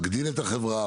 מגדיל את החברה,